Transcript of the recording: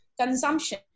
consumption